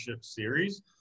series